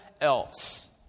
else